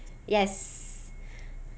yes